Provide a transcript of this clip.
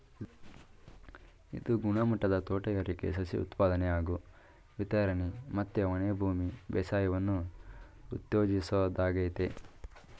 ಇದು ಗುಣಮಟ್ಟದ ತೋಟಗಾರಿಕೆ ಸಸಿ ಉತ್ಪಾದನೆ ಹಾಗೂ ವಿತರಣೆ ಮತ್ತೆ ಒಣಭೂಮಿ ಬೇಸಾಯವನ್ನು ಉತ್ತೇಜಿಸೋದಾಗಯ್ತೆ